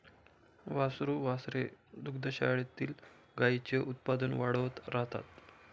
वासरू वासरे दुग्धशाळेतील गाईंचे उत्पादन वाढवत राहतात